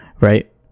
right